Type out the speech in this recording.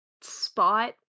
spot